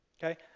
Okay